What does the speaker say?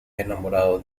enamorado